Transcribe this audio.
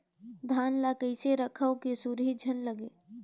धान ल कइसे रखव कि सुरही झन लगे?